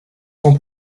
sont